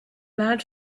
learned